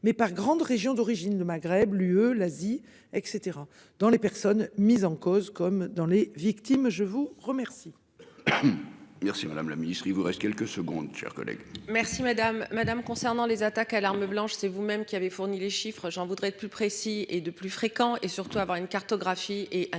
mais par grandes régions d'origine le Maghreb, l'UE l'Asie et cetera dans les personnes mises en cause, comme dans les victimes, je vous remercie.